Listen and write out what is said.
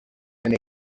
and